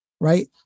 Right